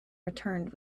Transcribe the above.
returned